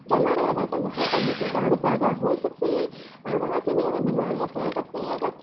جمع رہے گا تو وہاں پر بھی کٹاڑو پیدا ہو سکتے ہیں اور وہاں سے بھی ہمیں بیماریاں پھیل سکتی ہیں تو